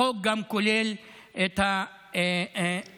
החוק גם כולל את נושא